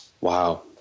Wow